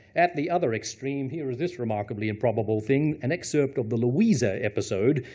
at the other extreme, here is this remarkably improbably thing, an excerpt of the louisa episode,